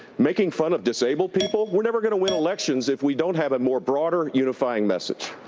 making fun of disabled people. we're never going to win elections if we don't have a more broader unifying message.